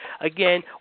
Again